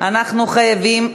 אנחנו חייבים,